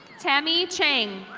tammy chang.